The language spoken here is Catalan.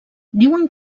diuen